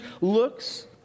looks